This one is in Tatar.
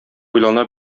уйлана